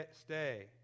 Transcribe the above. stay